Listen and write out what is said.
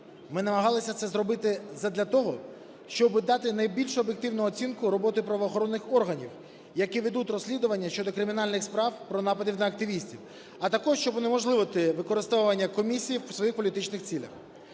Ми намагалися це зробити задля того, щоби дати найбільш об'єктивну оцінку роботи правоохоронних органів, які ведуть розслідування щодо кримінальних справ про напади на активістів, а також щоб унеможливити використовування комісії в своїх політичних цілях.